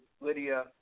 Lydia